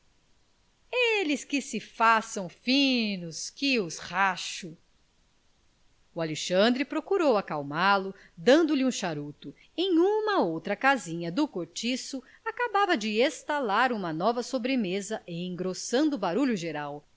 eles que se façam finos que os racho o alexandre procurou acalmá lo dando-lhe um charuto em uma outra casinha do cortiço acabava de estalar uma nova sobremesa engrossando o barulho geral